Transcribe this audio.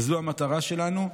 וזו המטרה שלנו.